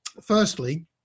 Firstly